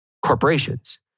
Corporations